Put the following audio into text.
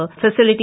facility